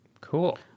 Cool